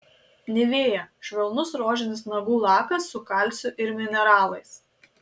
nivea švelnus rožinis nagų lakas su kalciu ir mineralais